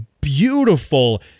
beautiful